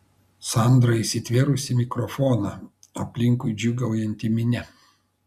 sandra įsitvėrusi mikrofoną aplinkui džiūgaujanti minia